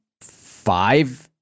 five